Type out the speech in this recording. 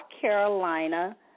Carolina